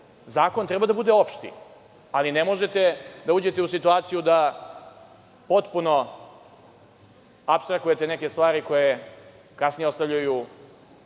Zakon treba da bude opšti, ali ne možete da uđete u situaciju da potpuno apstrahujete neke stvari koje kasnije ostavljaju